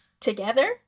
together